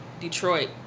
Detroit